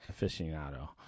aficionado